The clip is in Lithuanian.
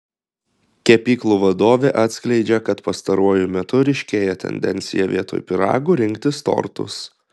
kepyklų vadovė atskleidžia kad pastaruoju metu ryškėja tendencija vietoj pyragų rinktis tortus